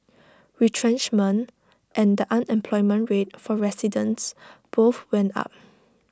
retrenchment and the unemployment rate for residents both went up